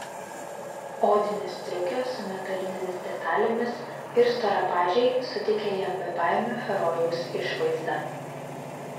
odinė striukė su metalinėmis detalėmis ir storapadžiai suteikė jam bebaimio herojaus išvaizdą